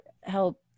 help